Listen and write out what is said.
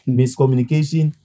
miscommunication